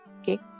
Okay